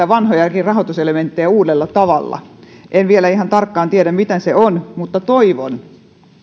vanhoja eri rahoituselementtejä uudella tavalla en vielä ihan tarkkaan tiedä mitä se on mutta toivon